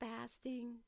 fasting